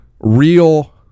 real